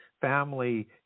family